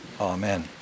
Amen